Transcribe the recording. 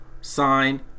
sign